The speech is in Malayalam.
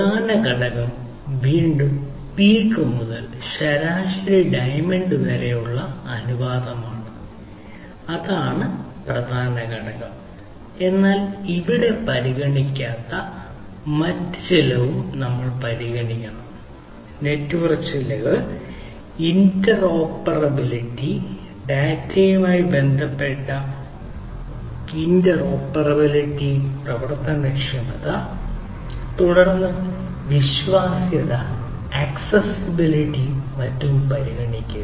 പ്രധാന ഘടകം വീണ്ടും പീക്ക് മറ്റും പരിഗണിക്കുക